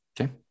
Okay